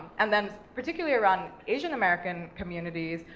and then, particularly around asian american communities,